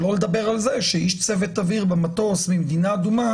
שלא לדבר על זה שאיש צוות אוויר במטוס ממדינה אדומה